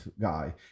guy